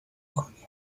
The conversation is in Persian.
کنیم